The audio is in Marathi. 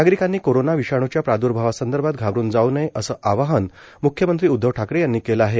नागरिकांनी कोरोना विषाणूच्या प्रादर्भावा संदर्भात घाबरून जाऊ नये असं आवाहन मुख्यमंत्री उदधव ठाकरे यांनी केलं आहे